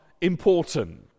important